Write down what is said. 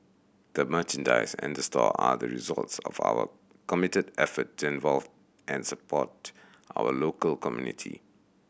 the merchandise and the store are the results of our committed effort to involve and support our local community